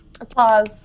Applause